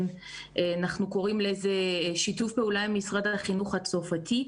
שאנחנו קוראים לזה שיתוף פעולה עם משרד החינוך הצרפתי,